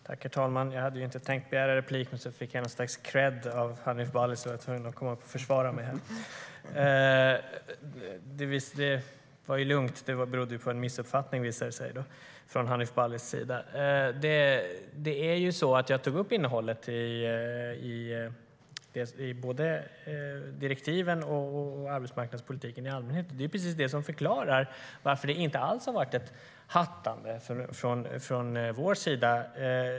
Herr talman! Jag hade inte tänkt begära replik, men jag fick något slags kredd av Hanif Bali, så jag var tvungen att komma upp och försvara mig. Det var lugnt; det visade sig att det berodde på en missuppfattning från Hanif Balis sida. Jag tog i mitt huvudanförande upp innehållet i både direktiven och arbetsmarknadspolitiken i allmänhet. Det är precis detta som förklarar varför det inte alls har varit ett hattande från vår sida.